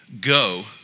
go